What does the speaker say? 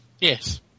Yes